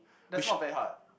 that's not very hard